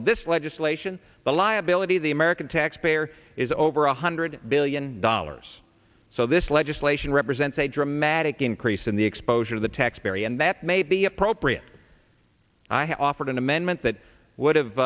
of this legislation the liability of the american taxpayer is over one hundred billion dollars so this legislation represents a dramatic increase in the exposure of the tax perry and that may be appropriate i offered an amendment that would